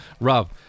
Rob